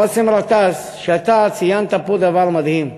באסל גטאס, שאתה ציינת פה דבר מדהים.